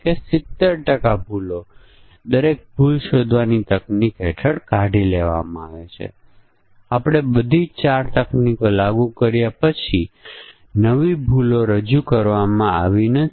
એવી સ્થિતિઓ કે જેથી આપણે બધી સંભવિત પરિસ્થિતિઓ રાખીએ અને તેના મૂલ્યોના સંયોજનો ધ્યાનમાં લઈએ અને પછી આપણે ઓળખીએ કે કઇ ક્રિયાઓ થશે